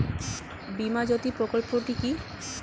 বীমা জ্যোতি প্রকল্পটি কি?